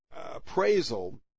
appraisal